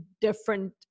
different